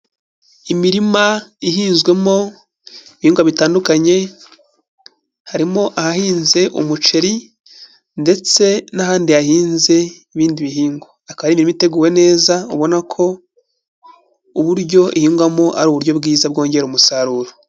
Imirima ihinzwemo ibihingwa bitandukanye harimo ahahinze umuceri ndetse n'ahandi hahinze ibindi bihingwa, akaba ari imirima iteguwe neza ubona ko uburyo ihingwamo ari uburyo bwiza bwongera umusaruro.